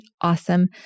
awesome